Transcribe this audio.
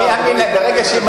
מי יאמין להם?